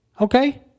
Okay